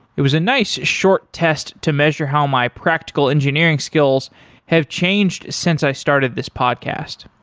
it was a nice short test to measure how my practical engineering skills have changed since i started this podcast.